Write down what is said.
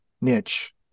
niche